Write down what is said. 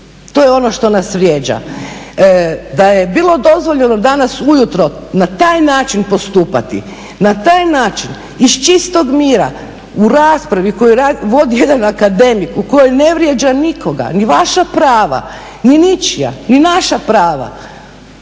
To je ono što nas vrijeđa. Da je bilo dozvoljeno danas ujutro na taj način postupati, na taj način, iz čistog mira, u raspravi koju vodi jedan akademik u kojoj ne vrijeđa nikoga, ni vaša prava ni ničija, ni naša prava,